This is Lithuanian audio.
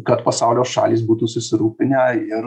kad pasaulio šalys būtų susirūpinę ir